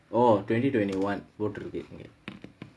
oh twenty twenty one போட்டுருக்கு இங்கே:poturukku inga